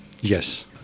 Yes